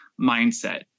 mindset